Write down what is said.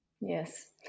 Yes